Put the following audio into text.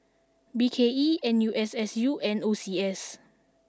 B K E N U S S U and O C S